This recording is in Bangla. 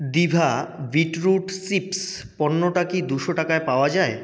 ডিভা বিটরুট চিপ্স পণ্যটা কি দুশো টাকায় পাওয়া যায়